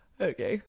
Okay